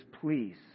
please